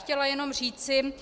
Chtěla bych jenom říci